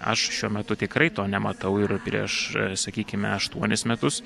aš šiuo metu tikrai to nematau ir prieš sakykime aštuonis metus